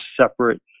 separate